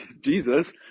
Jesus